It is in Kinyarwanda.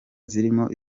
zirimo